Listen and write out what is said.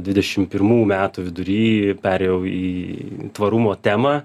dvidešim pirmų metų vidury perėjau į tvarumo temą